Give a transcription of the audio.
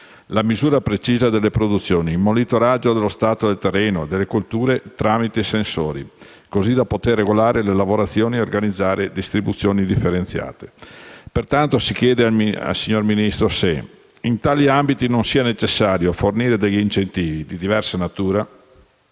la misura precisa delle produzioni, il monitoraggio dello stato del terreno e delle colture tramite sensori, così da poter regolare le lavorazioni e organizzare distribuzioni differenziate. Si chiede pertanto al signor Ministro se in tali ambiti non sia necessario fornire incentivi, di diversa natura,